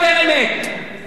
למי אתה מוכר את הלוקש הזה?